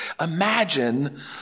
imagine